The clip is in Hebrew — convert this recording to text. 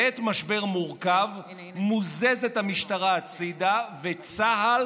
בעת משבר מורכב מוזזת המשטרה הצידה וצה"ל